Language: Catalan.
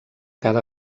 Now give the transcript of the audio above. cada